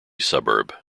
suburb